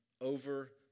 over